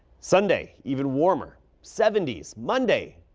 sunday even warmer seventy s monday.